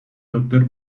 hotel